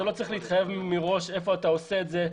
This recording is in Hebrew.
אתה לא צריך להתחייב מראש איפה אתה עושה את זה.